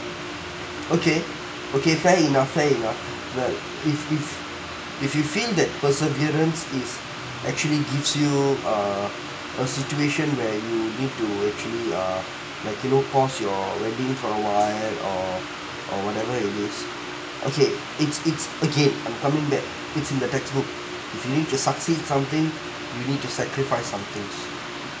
okay okay fair enough fair enough well if it's if you feel that perseverance is actually gives you uh a situation where you need to actually uh like you know pause your wedding for a while or or whatever it is okay it's it's again I'm coming back it's in the textbook if you need to succeed something you need to sacrifice something